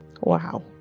wow